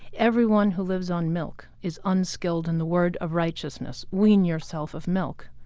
everyone who lives on milk is unskilled in the word of righteousness, wean yourself of milk.